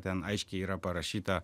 ten aiškiai yra parašyta